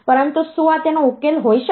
પરંતુ શું આ તેનો ઉકેલ હોઈ શકે